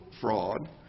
fraud